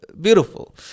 beautiful